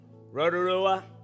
Rotorua